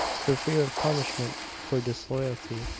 for fear of punishment for disloyalty.